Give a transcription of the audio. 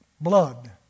blood